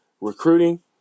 recruiting